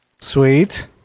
Sweet